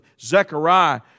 Zechariah